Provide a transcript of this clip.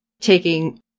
taking